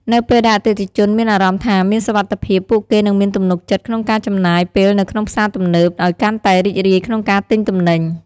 នៅពេលដែលអតិថិជនមានអារម្មណ៍ថាមានសុវត្ថិភាព ពួកគេនឹងមានទំនុកចិត្តក្នុងការចំណាយពេលនៅក្នុងផ្សារទំនើប ឲ្យកាន់តែរីករាយក្នុងការទិញទំនិញ។